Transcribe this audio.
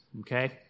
okay